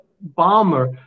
bomber